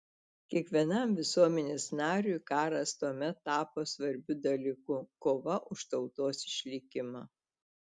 kiekvienam visuomenės nariui karas tuomet tapo svarbiu dalyku kova už tautos išlikimą